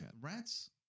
Rats